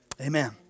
Amen